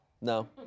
No